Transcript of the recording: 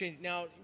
Now